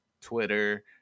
Twitter